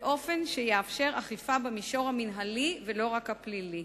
באופן שיאפשר אכיפה במישור המינהלי ולא רק הפלילי.